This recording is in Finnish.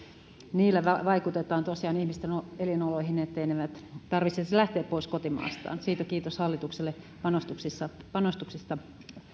niillä vaikutetaan tosiaan ihmisten elinoloihin ettei tarvitsisi lähteä pois kotimaastaan kiitos hallitukselle panostuksista panostuksista